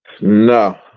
No